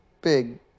big